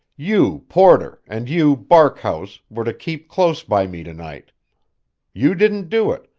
you, porter, and you, barkhouse, were to keep close by me to-night. you didn't do it,